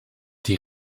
die